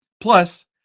Plus